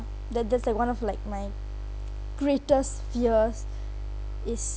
the that's like one of like my greatest fears is